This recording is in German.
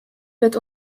wird